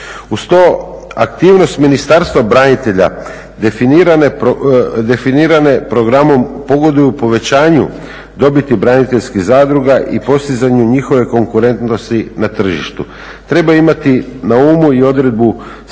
Uz to aktivnost Ministarstva branitelja definirane programom pogoduju povećanju dobiti braniteljskih zadruga i postizanju njihove konkurentnosti na tržištu. Treba imati na umu i odredbu stavka